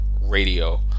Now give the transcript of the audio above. radio